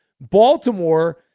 Baltimore